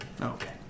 Okay